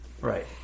Right